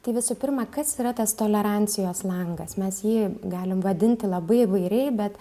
tai visų pirma kas yra tas tolerancijos langas mes jį galim vadinti labai įvairiai bet